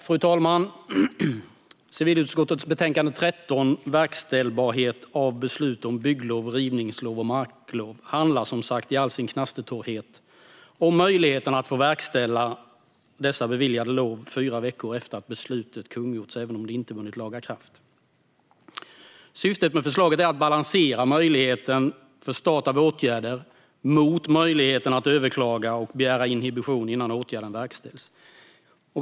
Fru talman! Civilutskottets betänkande 13 Verkställbarhet av beslut om bygglov, rivningslov och marklov handlar i all sin knastertorrhet om möjligheten att få verkställa dessa beviljade lov fyra veckor efter att beslutet har kungjorts, även om det inte har vunnit laga kraft. Syftet med förslaget är att balansera möjligheten för start av åtgärder mot möjligheten att överklaga och begära inhibition innan åtgärden har verkställts.